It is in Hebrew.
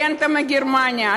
רנטה מגרמניה.